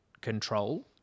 control